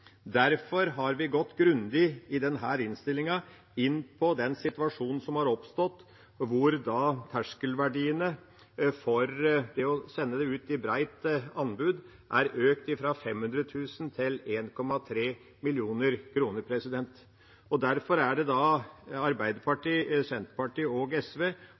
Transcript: Derfor har vi i denne innstillingen gått grundig inn på den situasjonen som har oppstått, der terskelverdien for det å sende ut på et bredt anbud har blitt økt fra 500 000 kr til 1,3 mill. kr. Derfor har Arbeiderpartiet, Senterpartiet og